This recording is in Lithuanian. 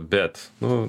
bet nu